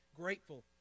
Grateful